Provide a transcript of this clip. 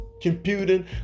computing